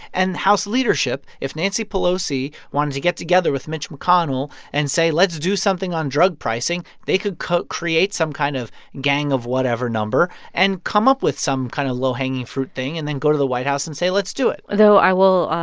and house leadership if nancy pelosi wanted to get together with mitch mcconnell and say, let's do something on drug pricing. they could could create some kind of gang of whatever number and come up with some kind of low-hanging fruit thing and then go to the white house and say, let's do it although i will,